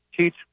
Teach